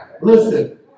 listen